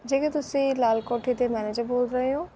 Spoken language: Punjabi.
ਜੇਕਰ ਤੁਸੀਂ ਲਾਲ ਕੋਠੇ 'ਤੇ ਮੈਨੇਜਰ ਬੋਲ ਰਹੇ ਹੋ